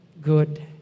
good